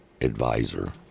advisor